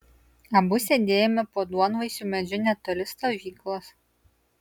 abu sėdėjome po duonvaisiu medžiu netoli stovyklos